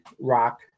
rock